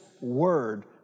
word